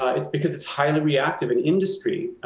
ah it's because it's highly reactive in industry,